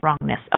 wrongness